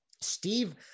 Steve